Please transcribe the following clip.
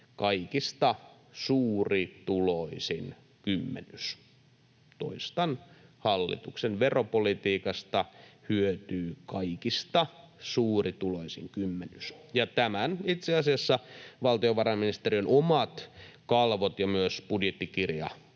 kaikista suurituloisin kymmenys. Toistan, hallituksen veropolitiikasta hyötyy kaikista suurituloisin kymmenys. Ja tämän itse asiassa valtiovarainministeriön omat kalvot ja myös budjettikirja